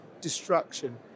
destruction